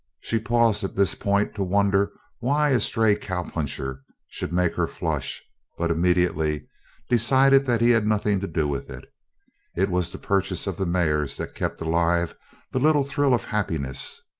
she paused at this point to wonder why a stray cowpuncher should make her flush but immediately decided that he had nothing to do with it it was the purchase of the mares that kept alive the little thrill of happiness.